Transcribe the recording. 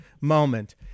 moment